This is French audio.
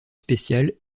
spécial